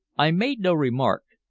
i made no remark.